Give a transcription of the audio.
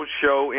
show